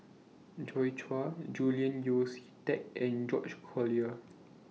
Joi Chua Julian Yeo See Teck and George Collyer